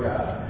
God